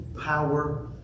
power